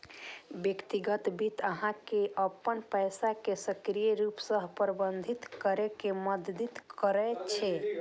व्यक्तिगत वित्त अहां के अपन पैसा कें सक्रिय रूप सं प्रबंधित करै मे मदति करै छै